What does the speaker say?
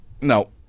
No